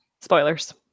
Spoilers